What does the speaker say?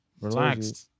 relaxed